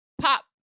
pop